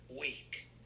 week